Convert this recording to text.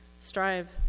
strive